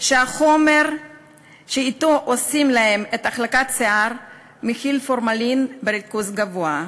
שהחומר שאתו עושים להן את החלקת השיער מכיל פורמלין בריכוז גבוה.